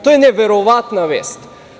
To je neverovatna vest.